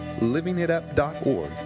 livingitup.org